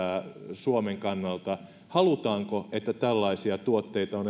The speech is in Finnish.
suomen kannalta halutaanko että tällaisia tuotteita on